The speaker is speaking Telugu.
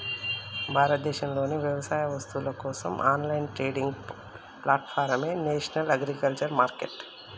భారతదేశంలోని వ్యవసాయ వస్తువుల కోసం ఆన్లైన్ ట్రేడింగ్ ప్లాట్ఫారమే నేషనల్ అగ్రికల్చర్ మార్కెట్